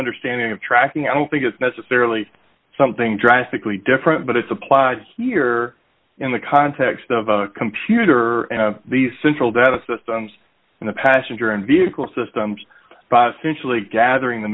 understanding of tracking i don't think it's necessarily something drastically different but it's applied here in the context of a computer and these central data systems and the passenger and vehicle systems sensually gathering the